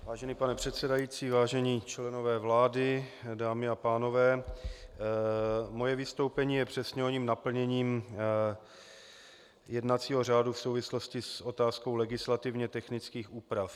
Vážený pane předsedající, vážení členové vlády, dámy a pánové, moje vystoupení je přesně oním naplněním jednacího řádu v souvislosti s otázkou legislativně technických úprav.